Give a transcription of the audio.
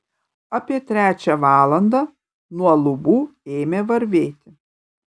apie trečią valandą nuo lubų ėmė varvėti